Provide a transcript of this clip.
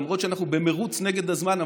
למרות שאנחנו במרוץ נגד הזמן,